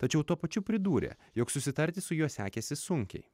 tačiau tuo pačiu pridūrė jog susitarti su juo sekėsi sunkiai